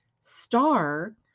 star